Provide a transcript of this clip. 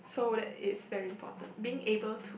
so that's very important being able to